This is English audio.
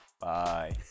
Bye